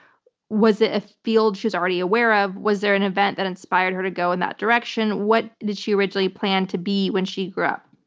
was it a field she's already aware of? was there an event that inspired her to go in that direction? what did she originally plan to be when she grew up?